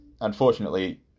unfortunately